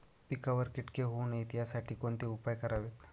पिकावर किटके होऊ नयेत यासाठी कोणते उपाय करावेत?